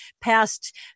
past